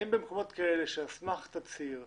האם במקומות כאלה שעל סמך תצהיר,